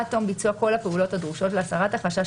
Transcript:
עד תום ביצוע כל הפעולות הדרושות להסרת החשש